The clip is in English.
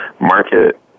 market